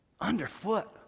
underfoot